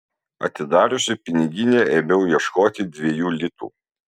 atidariusi piniginę ėmiau ieškoti dviejų litų